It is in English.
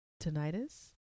Tinnitus